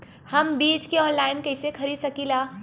हम बीज के आनलाइन कइसे खरीद सकीला?